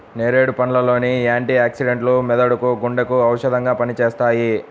నేరేడు పండ్ల లోని యాంటీ ఆక్సిడెంట్లు మెదడుకు, గుండెకు ఔషధంగా పనిచేస్తాయి